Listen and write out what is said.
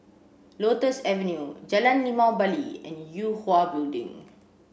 Lotus Avenue Jalan Limau Bali and Yue Hwa Building